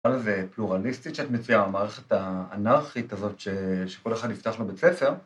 ‫אבל זה פלורליסטי, ‫שאת מציעה המערכת האנרכית הזאת ‫שכל אחד יפתח לו בית ספר.